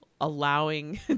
allowing